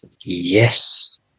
yes